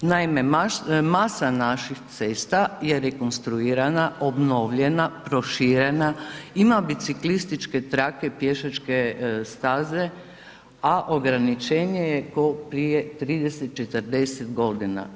Naime masa naših cesta je rekonstruirana, obnovljena, proširena, ima biciklističke trake, pješačke staze a ograničenje je kao prije 30, 40 godina.